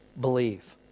believe